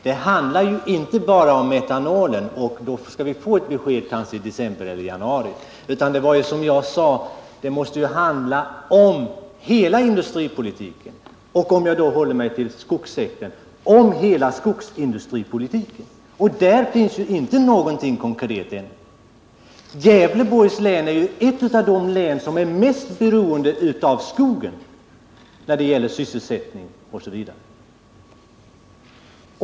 Det handlar ju inte bara om metanol — där vi kanske får besked i december eller januari — utan som jag sade måste det handla om hela industripolitiken och, om jag håller mig till skogssektorn, om hela skogsindustripolitiken. På det området finns det inte någonting konkret än — och Gävleborgs län är ett av de län som är mest beroende av skogen för sysselsättning och annat.